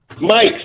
Mike